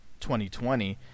2020